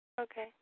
okay